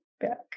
back